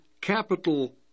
capital